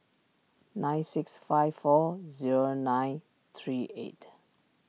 nine six five four zero nine three eight